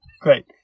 great